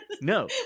no